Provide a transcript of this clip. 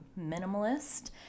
minimalist